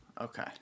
okay